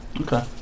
Okay